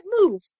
move